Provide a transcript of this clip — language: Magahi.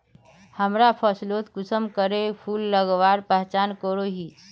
हमरा फसलोत कुंसम करे फूल लगवार पहचान करो ही?